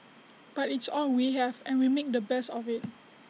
but it's all we have and we make the best of IT